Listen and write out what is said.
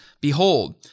Behold